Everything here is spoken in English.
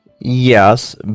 Yes